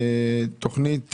תוכנית